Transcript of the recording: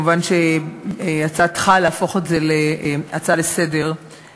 מובן שהצעתך להפוך את זה להצעה לסדר-היום,